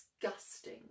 disgusting